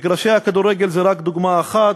מגרשי הכדורגל הם רק דוגמה אחת,